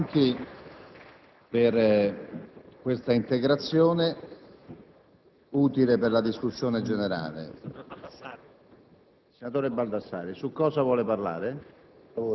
Grazie, senatore Ripamonti, per questa integrazione utile per la discussione.